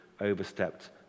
overstepped